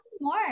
more